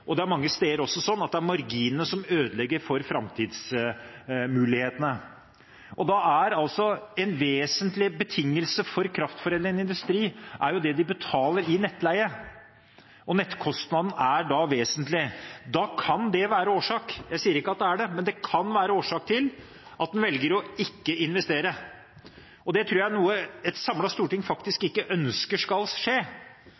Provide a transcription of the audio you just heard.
og det er mange steder også slik at det er marginene som ødelegger for framtidsmulighetene. En vesentlig betingelse for kraftforedlende industri er jo det de betaler i nettleie – nettkostnaden er vesentlig. Da kan det være årsak til at en velger ikke å investere – jeg sier ikke at det er det – og det tror jeg faktisk er noe et samlet storting ikke ønsker skal skje.